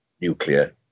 nuclear